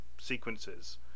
sequences